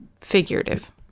figurative